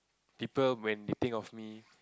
people when they think of me